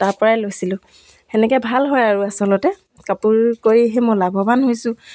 তাৰ পৰাই লৈছিলোঁ তেনেকৈ ভাল হয় আৰু আচলতে কাপোৰ কৰি সেই মই লাভৱান হৈছোঁ